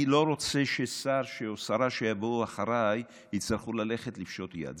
אני לא רוצה ששר או שרה שיבואו אחריי יצטרכו ללכת לפשוט יד.